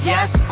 Yes